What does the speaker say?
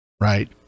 Right